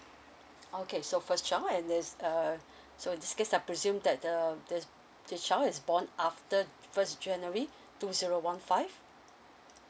okay so first child and this uh so this case I presume that the the the child is born after first january two zero one five